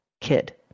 kid